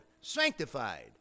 sanctified